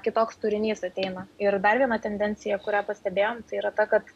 kitoks turinys ateina ir dar viena tendencija kurią pastebėjom tai yra ta kad